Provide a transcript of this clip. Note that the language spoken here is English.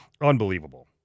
Unbelievable